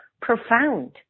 profound